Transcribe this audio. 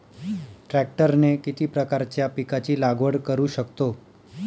ट्रॅक्टरने किती प्रकारच्या पिकाची लागवड करु शकतो?